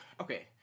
okay